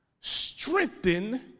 strengthen